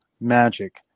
Magic